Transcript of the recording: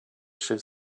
she